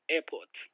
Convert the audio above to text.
Airport